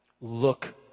Look